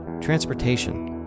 transportation